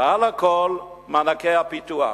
ומעל הכול, מענקי הפיתוח.